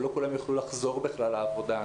לא כולם יוכלו לחזור בכלל לעבודה.